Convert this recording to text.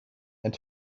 and